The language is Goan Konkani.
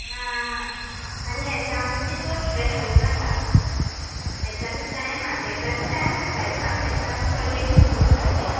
आं हां आनी एग्जामीचें चड स्ट्रेस घेव नाका एग्जामीक टायम हा एग्जामीक टायम आहा एग्जाम एग्जाम प्रॉजेक्ट बी सोडून घाल तें